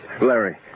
Larry